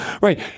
Right